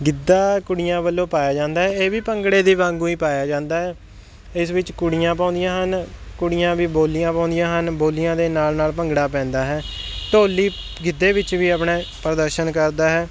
ਗਿੱਧਾ ਕੁੜੀਆਂ ਵੱਲੋਂ ਪਾਇਆ ਜਾਂਦਾ ਇਹ ਵੀ ਭੰਗੜੇ ਦੇ ਵਾਂਗੂ ਹੀ ਪਾਇਆ ਜਾਂਦਾ ਹੈ ਇਸ ਵਿੱਚ ਕੁੜੀਆਂ ਪਾਉਂਦੀਆਂ ਹਨ ਕੁੜੀਆਂ ਵੀ ਬੋਲੀਆਂ ਪਾਉਂਦੀਆਂ ਹਨ ਬੋਲੀਆਂ ਦੇ ਨਾਲ ਨਾਲ ਭੰਗੜਾ ਪੈਂਦਾ ਹੈ ਢੋਲੀ ਗਿੱਧੇ ਵਿੱਚ ਵੀ ਆਪਣਾ ਪ੍ਰਦਰਸ਼ਨ ਕਰਦਾ ਹੈ